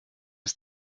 ist